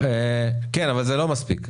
כן, אבל זה לא מספיק.